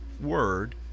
word